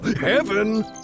heaven